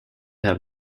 have